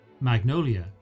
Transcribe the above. Magnolia